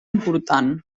important